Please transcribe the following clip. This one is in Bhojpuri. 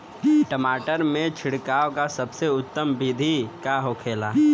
टमाटर में छिड़काव का सबसे उत्तम बिदी का होखेला?